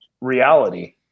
reality